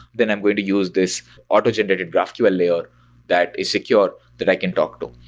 then i'm going to use this auto-generated graphql layer that is secure that i can talk to.